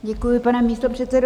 Děkuji, pane místopředsedo.